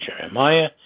Jeremiah